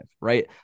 right